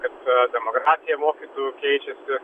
kad demografija mokytojų keičiasi